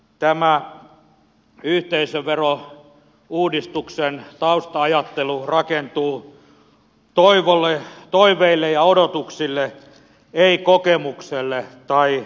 kaikkinensa tämä yhteisöverouudistuksen tausta ajattelu rakentuu toiveille ja odotuksille ei kokemukselle tai realiteeteille